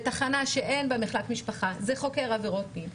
בתחנה שאין בה מחלק משפחה זה חוקר עבירות מין,